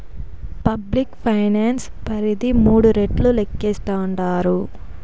public finance పరిధి మూడు రెట్లు లేక్కేస్తాండారు